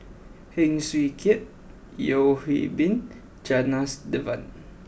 Heng Swee Keat Yeo Hwee Bin Janadas Devan